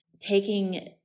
Taking